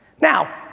Now